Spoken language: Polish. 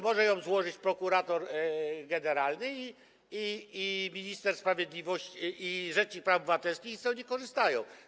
Może ją złożyć prokurator generalny, minister sprawiedliwości i rzecznik praw obywatelskich, ale z tego nie korzystają.